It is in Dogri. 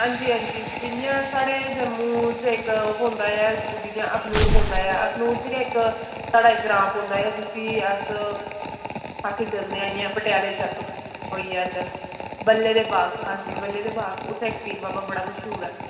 हां जी हां जी जियां साढ़े जम्मू च इक ओह् पौंदा ऐ जियां अखनूर पौंदा ऐ अखनूर च गै इक साढ़ा इक ग्रांऽ पौंदा ऐ जिसी अस आक्खी सकने हां इयां बटयाले चक्क होई गेआ इद्धर बल्ले दे बाघ हां जी बल्ले दे बाघ उत्थैं इक पीर बाबा बड़ा मश्हूर ऐ